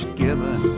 given